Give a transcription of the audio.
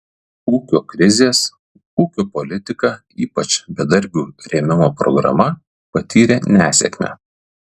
ūkio krizės ūkio politika ypač bedarbių rėmimo programa patyrė nesėkmę